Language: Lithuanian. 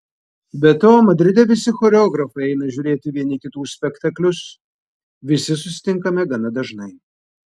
be to madride visi choreografai eina žiūrėti vieni kitų spektaklius visi susitinkame gana dažnai